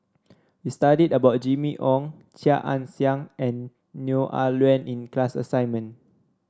we studied about Jimmy Ong Chia Ann Siang and Neo Ah Luan in class assignment